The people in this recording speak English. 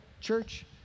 Church